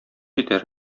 итәр